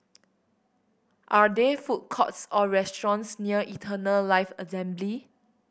are there food courts or restaurants near Eternal Life Assembly